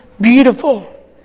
beautiful